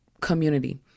community